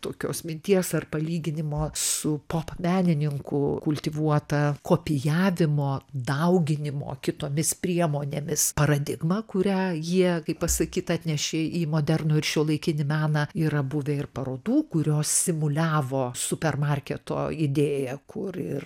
tokios minties ar palyginimo su pop menininkų kultivuota kopijavimo dauginimo kitomis priemonėmis paradigma kurią jie kaip pasakyt atnešė į modernų ir šiuolaikinį meną yra buvę ir parodų kurios simuliavo super marketo idėją kur ir